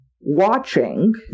watching